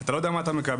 אתה לא יודע מה אתה מקבל.